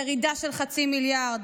ירידה של 0.5 מיליארד,